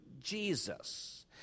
Jesus